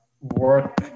work